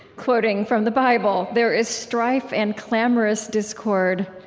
quoting from the bible there is strife and clamorous discord.